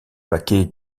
paquet